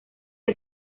que